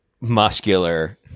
muscular